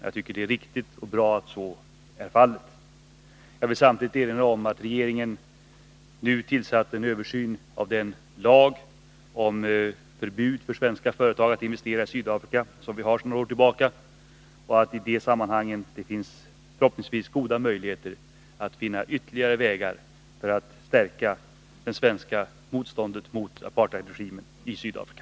Det är riktigt att bra att så är fallet. Jag vill samtidigt erinra om att regeringen nu påbörjat en översyn av den lag om förbud för svenska företag att investera i Sydafrika som vi har sedan några år tillbaka. I det sammanhanget finns, förhoppningsvis, goda möjligheter att finna ytterligare vägar att stärka det svenska motståndet mot apartheidregimen i Sydafrika.